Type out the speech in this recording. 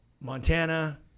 Montana